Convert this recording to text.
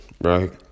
right